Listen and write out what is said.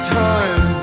time